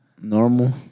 Normal